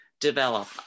develop